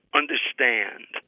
understand